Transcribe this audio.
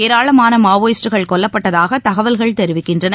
ஏராளமானமாவோயிஸ்டுகள் கொல்லப்பட்டதாகதகவல்கள் தெரிவிக்கின்றன